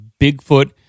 Bigfoot